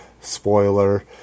spoiler